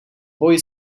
boy